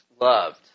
loved